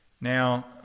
Now